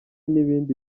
n’ibindi